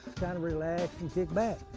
kind of relaxing and kicking back.